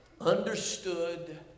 understood